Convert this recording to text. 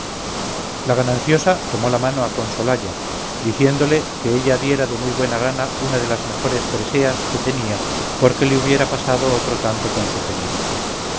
la gananciosa tomó la mano a consolalla diciéndole que ella diera de muy buena gana una de las mejores preseas que tenía porque le hubiera pasado otro tanto con